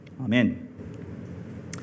Amen